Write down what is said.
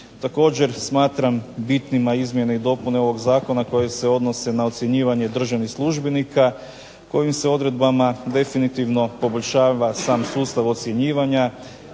Također smatram bitnima izmjene i dopune ovog zakona koje se odnose na ocjenjivanje državnih službenika kojim se odredbama definitivno poboljšava sam sustav ocjenjivanja